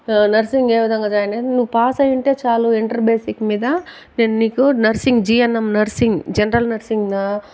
nursing ఏవిధంగా join అయ్యేది నువ్వు పాస్ అయ్యుంటే చాలు ఇంటర్ బేసిక్ మీద నేను నీకు nursing GNM nursing general nursing నా